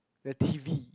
the T_V